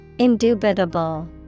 Indubitable